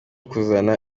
kuzana